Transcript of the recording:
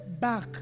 back